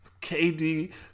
KD